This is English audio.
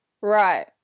Right